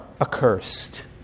accursed